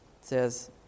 says